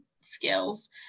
skills